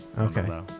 okay